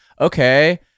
okay